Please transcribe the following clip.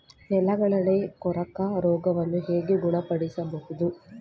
ನೆಲಗಡಲೆ ಕೊರಕ ರೋಗವನ್ನು ಹೇಗೆ ಗುಣಪಡಿಸಬಹುದು?